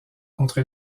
contre